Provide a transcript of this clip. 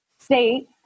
state